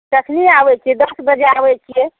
कखन आबै छिए दस बजे आबै छिए